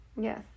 Yes